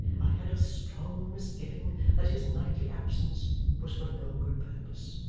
i had a strong misgiving that his nightly absence was for no good purpose.